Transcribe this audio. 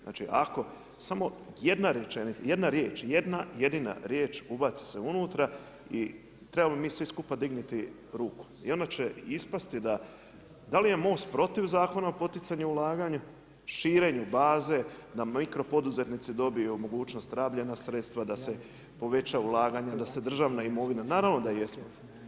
Znači ako samo jedna rečenica, jedna jedina riječ ubaci se unutra i trebali bi mi svi skupa dignuti ruku i onda će ispasti da, da li je Most protiv Zakona o poticanju ulaganja, širenju baze da mikropoduzetnici dobiju mogućnost rabljena sredstva, da se poveća ulaganje, da se državna imovina, naravno da jesmo.